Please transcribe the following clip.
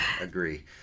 agree